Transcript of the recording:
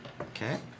Okay